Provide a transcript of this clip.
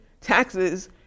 taxes